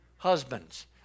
Husbands